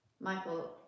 Michael